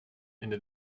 into